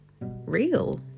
real